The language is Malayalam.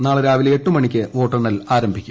നാളെ രാവിലെ എട്ട് മണിക്ക് വോട്ടെണ്ണൽ ആരംഭിക്കും